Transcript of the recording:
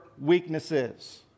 weaknesses